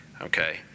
okay